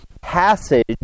passage